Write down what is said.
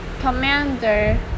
commander